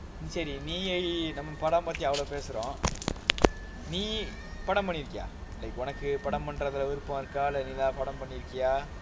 சரி படம் பத்தி அவ்வளவு பேசுறோம் நீ படம் பண்ணிருக்கியா உனக்கு படம் பன்ற அளவுக்கு வந்தால் படம் பண்ணிருக்கியா:seri padam pathi avalavu pesurom nee padam panirukiyaa unnakku padam pandra alavuku vanthaal padam pannirukkiyaa